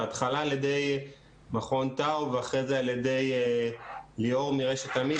בהתחלה על ידי מכון טאוב ואחרי זה על ידי ליאור מרשת אמי"ת,